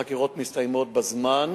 חקירות מסתיימות בזמן,